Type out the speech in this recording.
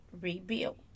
rebuilt